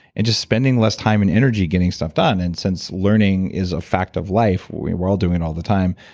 and just spending less time and energy getting stuff done. and since learning is a fact of life we're we're all doing all the time,